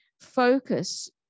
focus